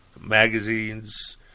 magazines